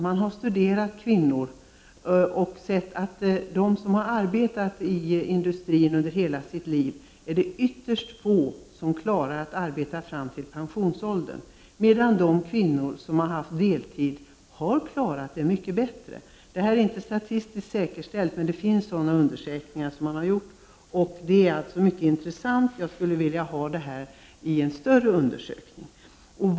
Man har stude rat kvinnor och funnit att bland ensamstående som arbetat inom industrin från början av sitt yrkesverksamma liv är det ytterst få som klarat att arbeta fram till pensionsåldern. De kvinnor som har haft deltid har däremot klarat detta mycket bättre. Förhållandet är inte statistiskt säkerställt, men sådana här undersökningar har gjorts. Resultaten är mycket intressanta, och jag skulle vilja att en större undersökning gjordes.